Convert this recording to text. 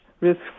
risk